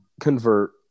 convert